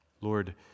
Lord